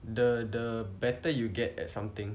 the the better you get at something